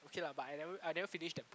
okay lah but I never I never finish that book